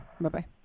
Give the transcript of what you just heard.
Bye-bye